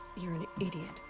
you're an idiot.